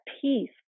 peace